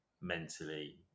mentally